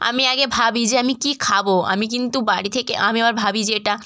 আমি আগে ভাবি যে আমি কী খাব আমি কিন্তু বাড়ি থেকে আমি আবার ভাবি যে এটা